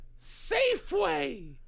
Safeway